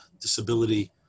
disability